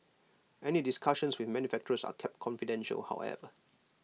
any discussions with manufacturers are kept confidential however